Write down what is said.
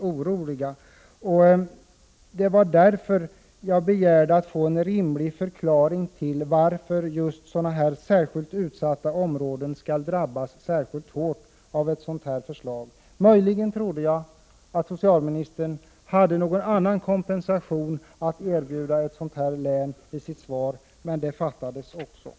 Det var därför jag begärde att få en rimlig förklaring till att just utsatta områden skall drabbas särskilt hårt av ett sådant här förslag. Jag trodde möjligen att socialministern i sitt svar hade någon annan kompensation att erbjuda dessa län, men det Prot. 1988/89:21